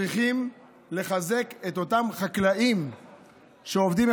צריכים לחזק את אותם חקלאים שעובדים,